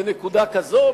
בנקודה כזאת,